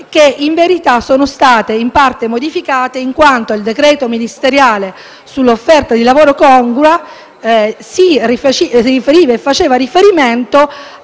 che in verità è stata in parte modificata, in quanto il decreto ministeriale sull'offerta di lavoro congrua faceva riferimento